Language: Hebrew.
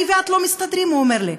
אני ואת לא מסתדרים, הוא אומר לי.